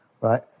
Right